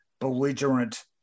belligerent